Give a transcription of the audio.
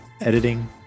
Editing